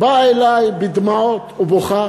באה אלי בדמעות, בוכה